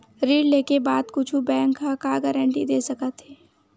ऋण लेके बाद कुछु बैंक ह का गारेंटी दे सकत हे?